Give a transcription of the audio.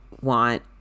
want